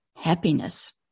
Happiness